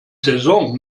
saison